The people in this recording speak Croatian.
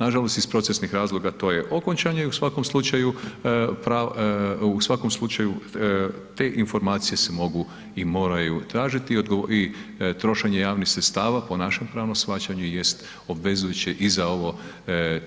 Nažalost iz procesnih razloga to je okončano i u svakom slučaju te informacije se mogu i moraju tražiti i trošenje javnih sredstava po našem pravnom shvaćanju jest obvezujuće i za ovo